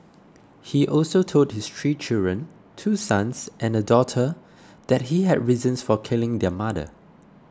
he also told his three children two sons and a daughter that he had reasons for killing their mother